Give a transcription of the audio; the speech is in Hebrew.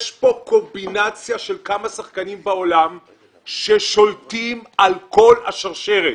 יש כאן קומבינציה של כמה שחקנים בעולם ששולטים על כל השרשרת,